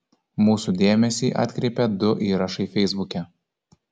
mūsų dėmesį atkreipė du įrašai feisbuke